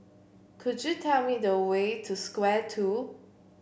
could you tell me the way to Square Two